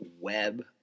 web